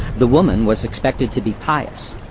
the woman was expected to be pious.